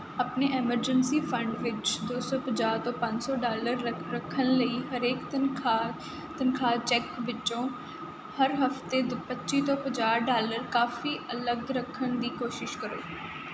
ਆਪਣੇ emergency fund ਵਿੱਚ ਦੋ ਸੌ ਪੰਜਾਹ ਤੋਂ ਪੰਜ ਸੌ ਡਾਲਰ ਰਖ ਰੱਖਣ ਲਈ ਹਰੇਕ ਤਨਖ਼ਾਹ ਤਨਖ਼ਾਹ ਚੈੱਕ ਵਿੱਚੋਂ ਹਰ ਹਫ਼ਤੇ ਦ ਪੱਚੀ ਤੋਂ ਪੰਜਾਹ ਡਾਲਰ ਕਾਫ਼ੀ ਅਲੱਗ ਰੱਖਣ ਦੀ ਕੋਸ਼ਿਸ਼ ਕਰੋ